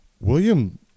William